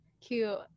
cute